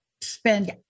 spend